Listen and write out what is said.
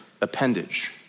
Appendage